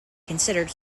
considered